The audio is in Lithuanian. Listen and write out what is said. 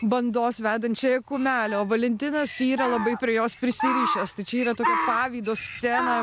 bandos vedančiąją kumelę o valentinas yra labai prie jos prisirišęs tai čia yra tok pavydo scena